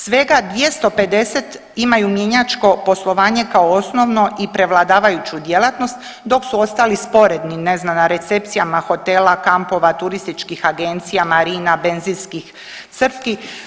Svega 250 imaju mjenjačko poslovanje kao osnovno i prevladavajuću djelatnost dok su ostali sporedni, ne znam na recepcijama hotela, kampova, turističkih agencija, marina, benzinskih crpki.